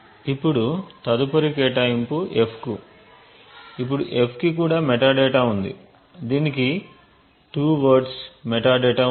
ఇప్పుడు తదుపరి కేటాయింపు f ఇప్పుడు f కి కూడా మెటాడేటా ఉంది దీనికి 2 వర్డ్స్ మెటాడేటా ఉంది